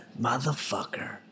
Motherfucker